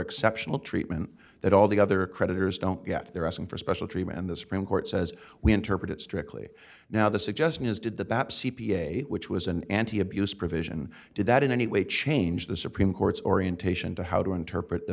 exceptional treatment that all the other creditors don't get they're asking for special treatment and the supreme court says we interpret it strictly now the suggestion is did the baps e p a which was an anti abuse provision did that in any way change the supreme court's orientation to how to interpret the